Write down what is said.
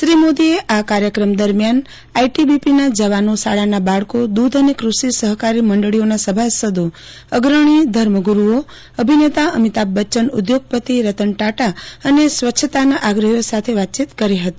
શ્રી મોદીએ આ કાર્યક્રમ દરમિયાન આઈટીબીપીના જવાનો શાળાના બાળકો દૂધ અને કૃષિ સહકારી મંડળીઓના સભાસદો અગ્રણી ધર્મગુરૂઓ અભિનેતા અમિતાભ બચ્યન ઉઘોગપતિ રતન ટાટા અને સ્વચ્છાગ્રહીઓ સાથે વાતચીત કરી હતી